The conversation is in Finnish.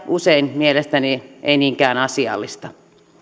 usein mielestäni ei niinkään asiallista